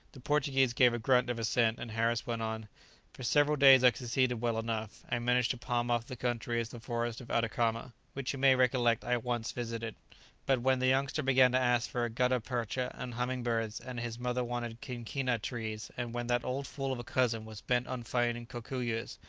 the portuguese gave a grunt of assent, and harris went on for several days i succeeded well enough. i managed to palm off the country as the forest of atacama, which you may recollect i once visited but when the youngster began to ask for gutta-percha and humming-birds, and his mother wanted quinquina-trees, and when that old fool of a cousin was bent on finding cocuyos,